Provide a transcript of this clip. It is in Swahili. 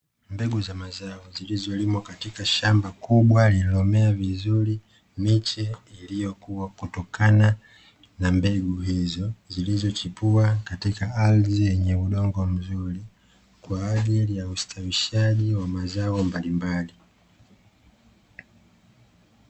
Mbegu za mazao zilizolimwa katika shamba kubwa lililomea vizuri miche iliyokua kutokana na mbegu hizo, zilizochipua katika ardhi yenye udongo mzuri kwa ajili ya ustawishaji wa mazao mbalimbali.